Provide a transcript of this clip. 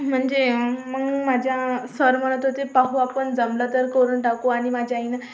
म्हणजे मग माझ्या सर म्हणत होते पाहू आपण जमलं तर करून टाकू आणि माझ्या आईनं